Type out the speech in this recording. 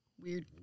weird